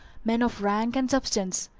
men of rank and substance.